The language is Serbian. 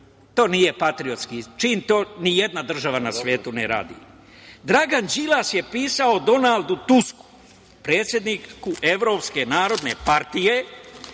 To nije patriotski čin. To ni jedna država na svetu ne radi. Dragan Đilas je pisao Donaldu Tusku, predsedniku Evropske narodne partije